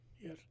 Yes